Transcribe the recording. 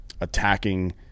attacking